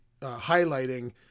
highlighting